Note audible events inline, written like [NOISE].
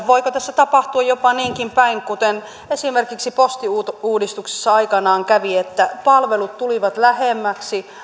[UNINTELLIGIBLE] voiko tässä tapahtua jopa niinkin päin kuten esimerkiksi postiuudistuksessa aikanaan kävi että palvelut tulivat lähemmäksi